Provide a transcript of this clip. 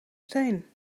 steen